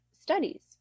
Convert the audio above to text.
studies